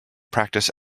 practice